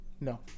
No